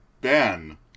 Ben